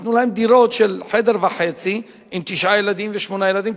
נתנו דירות של חדר וחצי למשפחות עם תשעה ילדים ושמונה ילדים,